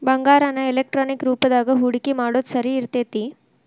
ಬಂಗಾರಾನ ಎಲೆಕ್ಟ್ರಾನಿಕ್ ರೂಪದಾಗ ಹೂಡಿಕಿ ಮಾಡೊದ್ ಸರಿ ಇರ್ತೆತಿ